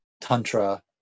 Tantra